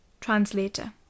Translator